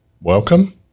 Welcome